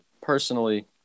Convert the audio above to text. personally